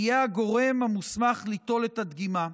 יהיה הגורם המוסמך ליטול את הדגימה.